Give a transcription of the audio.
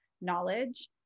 knowledge